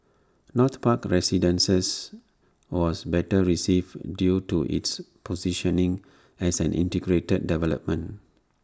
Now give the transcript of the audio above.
north park residences was better received due to its positioning as an integrated development